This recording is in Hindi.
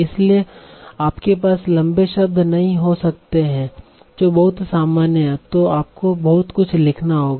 इसलिए आपके पास लंबे शब्द नहीं हो सकते हैं जो बहुत सामान्य हैं तो आपको बहुत कुछ लिखना होगा